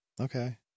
Okay